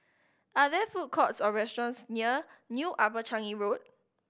are there food courts or restaurants near New Upper Changi Road